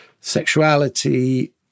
sexuality